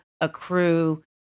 accrue